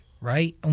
right